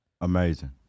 Amazing